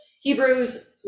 Hebrews